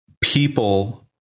people